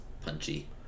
punchy